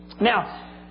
Now